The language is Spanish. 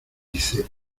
dice